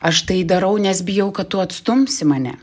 aš tai darau nes bijau kad tu atstumsi mane